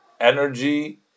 energy